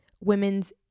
women's